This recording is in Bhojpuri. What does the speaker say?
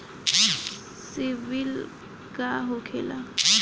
सीबील का होखेला?